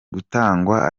gutangwa